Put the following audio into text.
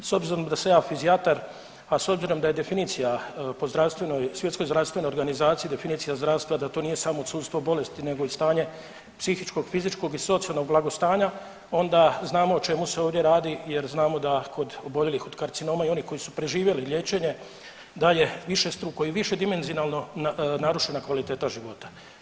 S obzirom da sam ja fizijatar, a s obzirom da je definicija po Svjetskoj zdravstvenoj organizaciji definicija zdravstva da to nije samo odsustvo bolesti nego i tanje psihičkog, fizičkog i socijalnog blagostanja onda znamo o čemu se ovdje radi jer znamo da kod oboljelih od karcinoma i oni koji su preživjeli liječenje daje višestruko i višedimenzionalno narušena kvaliteta života.